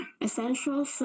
essential